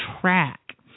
track